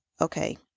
okay